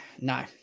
no